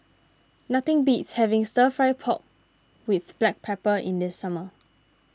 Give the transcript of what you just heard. nothing beats having Stir Fry Pork with Black Pepper in the summer